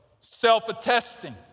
self-attesting